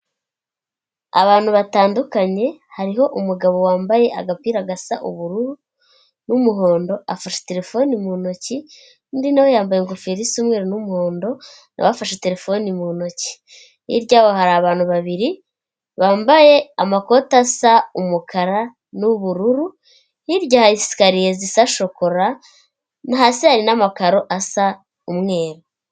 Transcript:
Abantu batandukanye, hariho umugabo wambaye agapira gasa ubururu n'umuhondo, afashe terefone mu ntoki, undi na we yambaye ingofero isa umweru n'umuhondo, na we afashe terefone mu ntoki. Hirya yabo hari abantu babiri bambaye amakoti asa umukara n'ubururu, hirya hari sikariye zisa shokora, hasi hari n'amakaro asa umweru.